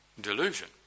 delusion